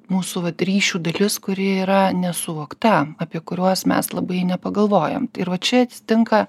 mūsų va ryšių dažnius kurie yra nesuvokta apie kuriuos mes labai nepagalvojam ir va čia atsitinka